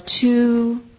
two